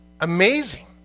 amazing